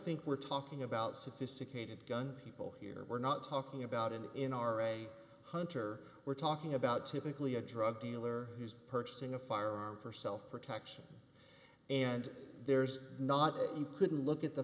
think we're talking about sophisticated gun people here we're not talking about an in our a hunter we're talking about typically a drug dealer who's purchasing a firearm for self protection and there's not you couldn't look at the